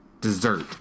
dessert